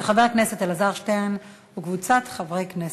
של חבר הכנסת אלעזר שטרן וקבוצת חברי כנסת.